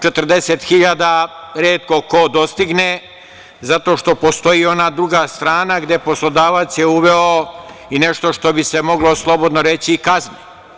Četrdeset hiljada retko ko dostigne, zato što postoji ona druga strana gde je poslodavac uveo i nešto što bi se moglo slobodno reći kazne.